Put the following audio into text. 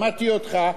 שמעתי אותך,